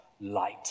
light